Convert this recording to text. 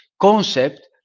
concept